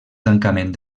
tancament